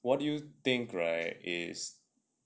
what do you think right is